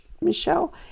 Michelle